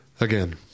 again